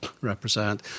represent